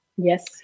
Yes